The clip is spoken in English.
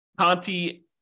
Conti